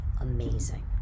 amazing